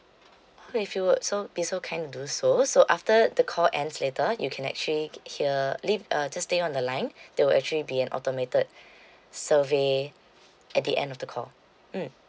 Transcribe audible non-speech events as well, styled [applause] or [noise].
okay if you would so be so kind to do so so after the call ends later you can actually hear leave uh just stay on the line [breath] there will actually be an automated [breath] survey at the end of the call mm